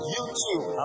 YouTube